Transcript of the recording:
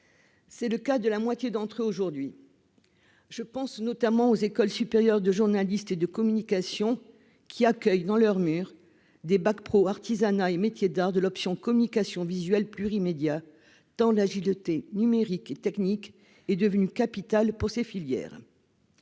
C'est le cas de la moitié d'entre eux aujourd'hui ; je pense notamment aux écoles supérieures de journalisme et de communication, qui accueillent dans leurs murs des titulaires d'un bac pro en artisanat et métiers d'art avec une option communication visuelle plurimédia, tant l'agilité numérique et technique est devenue capitale pour ces filières.